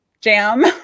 jam